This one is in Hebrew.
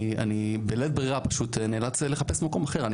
אני בלית ברירה פשוט נאלץ לחפש מקום אחר,